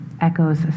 echoes